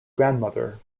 grandmother